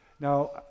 Now